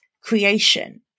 creation